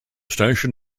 station